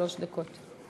שלוש דקות.